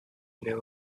know